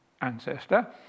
ancestor